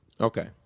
okay